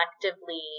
collectively